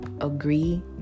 agree